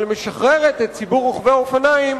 אבל משחררת את ציבור רוכבי האופניים